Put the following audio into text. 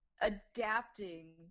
Adapting